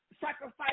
sacrifice